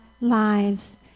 lives